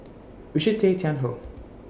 Richard Tay Tian Hoe